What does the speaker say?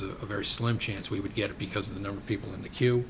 was a very slim chance we would get it because of the number of people in the queue